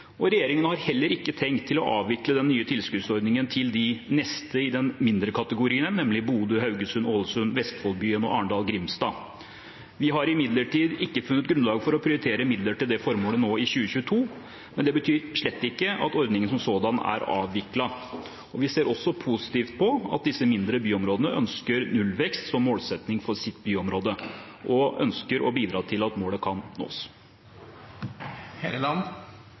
Regjeringen har heller ikke tenkt å avvikle den nye tilskuddsordningen til de neste byområdene i den mindre kategorien, nemlig Bodø, Haugesund, Ålesund, Vestfoldbyen og Arendal/Grimstad. Vi har imidlertid ikke funnet grunnlag for å prioritere midler til det formålet nå i 2022, men det betyr slett ikke at ordningen som sådan er avviklet. Vi ser også positivt på at disse mindre byområdene ønsker nullvekst som målsetting for sitt byområde og ønsker å bidra til at målet kan